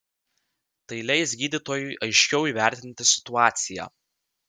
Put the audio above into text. tai leis gydytojui aiškiau įvertinti situaciją